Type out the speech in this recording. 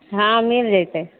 हॅं मिल जेतै